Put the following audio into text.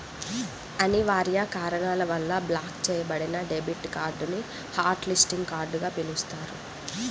అనివార్య కారణాల వల్ల బ్లాక్ చెయ్యబడిన డెబిట్ కార్డ్ ని హాట్ లిస్టింగ్ కార్డ్ గా పిలుస్తారు